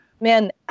Man